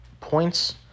points